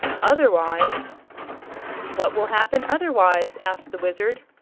otherwise what will happen otherwise? asked the wizard.